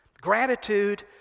Gratitude